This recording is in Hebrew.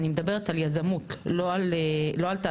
אני מדברת על יזמות, לא על תעסוקה.